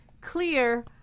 Clear